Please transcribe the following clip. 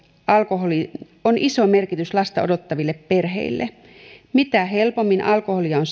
alkoholiin on iso merkitys lasta odottaville perheille mitä helpommin alkoholia on